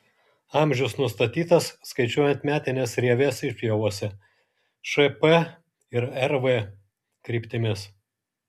amžius nustatytas skaičiuojant metines rieves išpjovose š p ir r v kryptimis